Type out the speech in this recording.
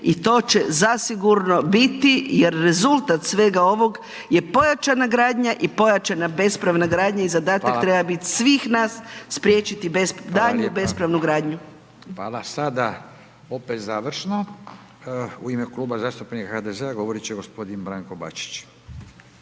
i to će zasigurno biti jer rezultat svega ovog je pojačana gradnja i pojačana bespravna gradnja i zadatak treba biti svih nas priječiti daljnju bespravnu gradnju. **Radin, Furio (Nezavisni)** Hvala lijepa, hvala. Sada opet završno u ime Kluba zastupnika HDZ-a govoriti će gospodin Branko Bačić.